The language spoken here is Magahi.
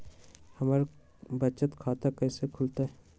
हमर बचत खाता कैसे खुलत?